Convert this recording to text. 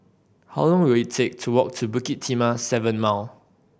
how long will it take to walk to Bukit Timah Seven Mile